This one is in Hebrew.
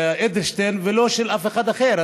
אדלשטיין ולא של אף אחד אחר.